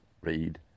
read